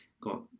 got